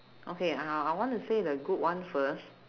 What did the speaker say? okay I I want to say the good one first